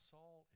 Saul